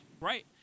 Right